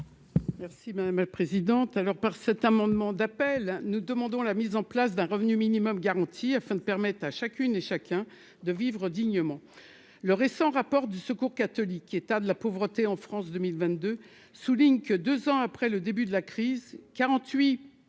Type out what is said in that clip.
Merci madame la présidente, alors par cet amendement d'appel, nous demandons la mise en place d'un revenu minimum garanti, afin de permettre à chacune et chacun de vivre dignement le récent rapport du Secours catholique, état de la pauvreté en France, 2022 souligne que 2 ans après le début de la crise 48 % des